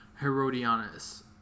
Herodianus